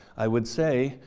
i would say,